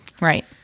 Right